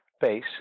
base